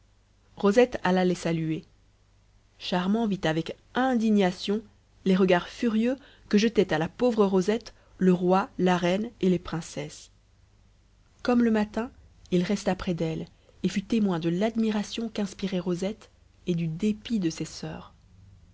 rosette alla les saluer charmant vit avec indignation les regards furieux que jetaient à la pauvre rosette le roi la reine et les princesses comme le matin il resta près d'elle et fut témoin de l'admiration qu'inspirait rosette et du dépit de ses soeurs